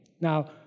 Now